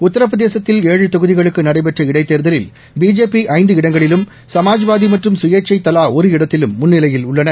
உத்திரபிரதேசத்தில் ஏழு தொகுதிகளுக்கு நடைபெற்ற இடைத்தேர்தலில் பிஜேபி ஐந்து இடங்களிலும் சமாஜ்வாதி மற்று சுயேச்சை தலா ஒரு இடத்திலும் முன்னிலையில் உள்ளன